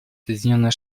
соединенные